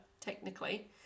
technically